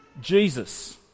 Jesus